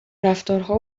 رفتارها